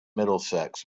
middlesex